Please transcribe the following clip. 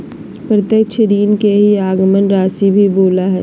प्रत्यक्ष ऋण के ही आगमन राशी भी बोला हइ